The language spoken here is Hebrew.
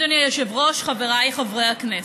אדוני היושב-ראש, חבריי חברי הכנסת,